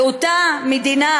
באותה מדינה,